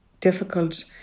difficult